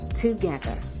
together